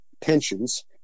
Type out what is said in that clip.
Pensions